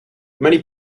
many